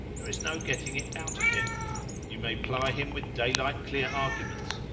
there is no getting it out of him you may ply him with daylight-clear arguments,